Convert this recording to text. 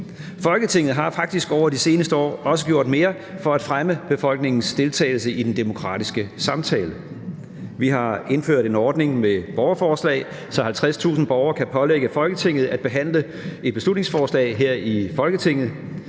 Folketinget har faktisk over de seneste år også gjort mere for at fremme befolkningens deltagelse i den demokratiske samtale. Vi har indført en ordning med borgerforslag, så 50.000 borgere kan pålægge Folketinget at behandle et beslutningsforslag her i Folketinget.